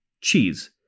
cheese